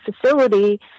facility